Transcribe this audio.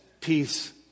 Peace